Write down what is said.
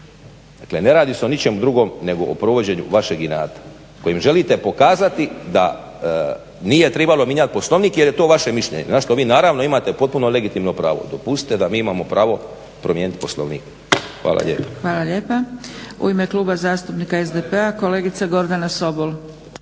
Dakle, ne radi se o ničemu drugom nego o provođenju vašeg inata kojim želite pokazati da nije tribalo mijenjati Poslovnik jer je to vaše mišljenje na što vi naravno imate potpuno legitimno pravo. Dopustite da mi imamo pravo promijeniti Poslovnik. Hvala lijepa. **Zgrebec, Dragica (SDP)** Hvala lijepa. U ime Kluba zastupnika SDP-a kolegica Gordana Sobol.